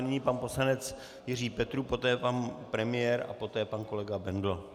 Nyní pan poslanec Jiří Petrů, poté pan premiér a poté pan kolega Bendl.